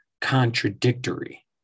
Contradictory